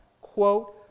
quote